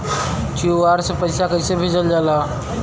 QR से पैसा कैसे भेजल जाला?